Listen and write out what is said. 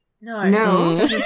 No